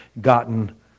gotten